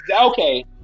Okay